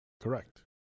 Correct